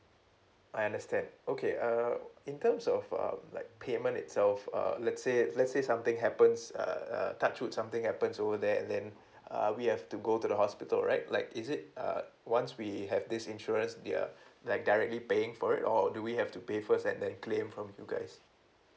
I understand okay uh in terms of uh like payment itself uh let's say let's say something happens uh uh touch wood something happens over there and then uh we have to go to the hospital right like is it uh once we have this insurance did uh like directly paying for it or do we have to pay first and then claim from you guys